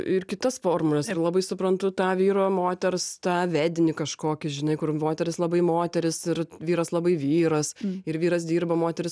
ir kitas formules ir labai suprantu tą vyro moters tą vedinį kažkokį žinai kur moteris labai moteris ir vyras labai vyras ir vyras dirba moteris